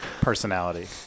personality